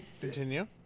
Continue